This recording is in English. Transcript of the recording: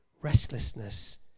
restlessness